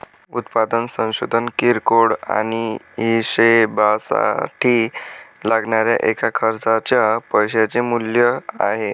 उत्पादन संशोधन किरकोळ आणि हीशेबासाठी लागणाऱ्या एका खर्चाच्या पैशाचे मूल्य आहे